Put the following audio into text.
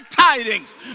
tidings